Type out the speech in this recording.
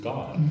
God